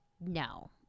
no